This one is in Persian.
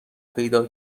پیدا